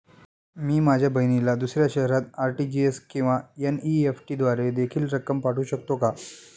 मी माझ्या बहिणीला दुसऱ्या शहरात आर.टी.जी.एस किंवा एन.इ.एफ.टी द्वारे देखील रक्कम पाठवू शकतो का?